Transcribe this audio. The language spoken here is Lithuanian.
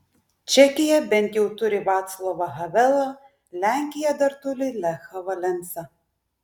čekija bent jau turi vaclovą havelą lenkija dar turi lechą valensą